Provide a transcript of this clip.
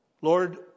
Lord